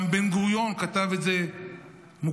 גם בן-גוריון כתב את זה מוקדם,